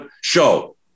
show